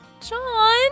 John